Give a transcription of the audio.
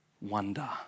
wonder